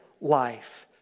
life